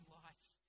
life